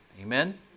Amen